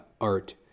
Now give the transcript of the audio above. art